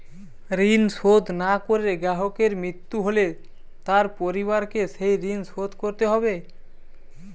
ঋণ শোধ না করে গ্রাহকের মৃত্যু হলে তার পরিবারকে সেই ঋণ শোধ করতে হবে?